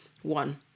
one